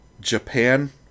Japan